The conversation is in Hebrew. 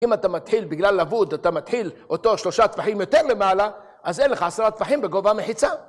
אם אתה מתחיל בגלל לבוד, אתה מתחיל אותו שלושה טפחים יותר למעלה, אז אין לך עשרה טפחים בגובה מחיצה.